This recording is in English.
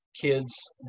kids